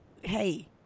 hey